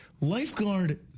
lifeguard